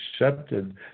accepted